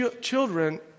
children